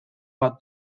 bat